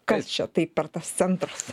kas čia tai per tas centras